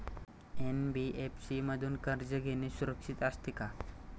NBFC मधून कर्ज घेणे सुरक्षित असते का?